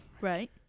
Right